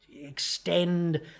extend